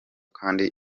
kandi